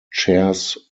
chairs